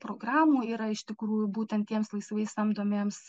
programų yra iš tikrųjų būtent tiems laisvai samdomiems